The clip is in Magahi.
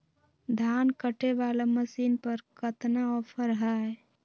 धान कटे बाला मसीन पर कतना ऑफर हाय?